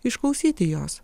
išklausyti jos